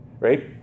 right